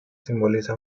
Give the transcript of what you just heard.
simboliza